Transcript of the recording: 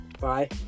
Bye